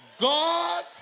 God